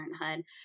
Parenthood